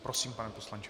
Prosím, pane poslanče.